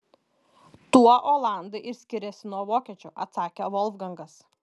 tuo olandai ir skiriasi nuo vokiečių atsakė volfgangas